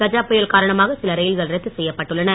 கஜா புயல் காரணமாக சில ரயில்கள் ரத்து செய்யப்பட்டுள்ளன